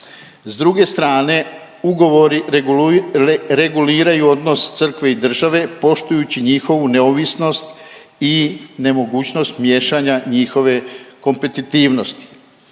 S druge strane ugovori reguliraju odnos crkve i države poštujući njihovu neovisnost i nemogućnost miješanja njihove kompetitivnosti.